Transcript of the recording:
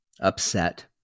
upset